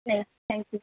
ہے thank you